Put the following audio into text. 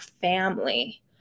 family